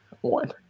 One